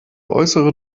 äußere